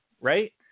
right